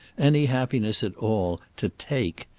any happiness at all, to take.